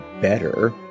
better